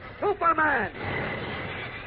Superman